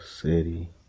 city